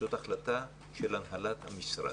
זאת החלטה של הנהלת המשרד.